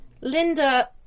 linda